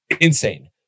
Insane